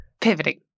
pivoting